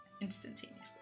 instantaneously